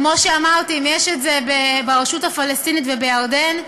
כמו שאמרתי, אם יש ברשות הפלסטינית ובירדן,